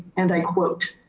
and i quote,